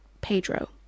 Pedro